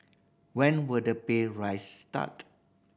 when will the pay raise start